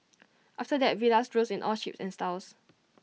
after that villas rose in all shapes and styles